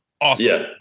Awesome